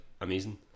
amazing